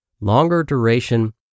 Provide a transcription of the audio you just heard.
longer-duration